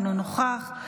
אינו נוכח,